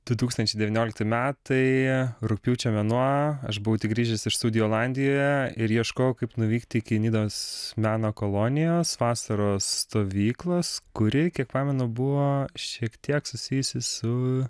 du tūkstančiai devyniolikti metai rugpjūčio mėnuo aš buvau tik grįžęs iš studijų olandijoje ir ieškojau kaip nuvykti iki nidos meno kolonijos vasaros stovyklos kuri kiek pamenu buvo šiek tiek susijusi su